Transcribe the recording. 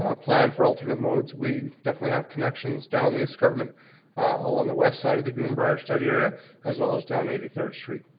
um plan for alternate modes we definitely have connections down the escarpment along the west side of the green briar study area as well as down eighty third street.